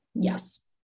Yes